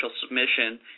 submission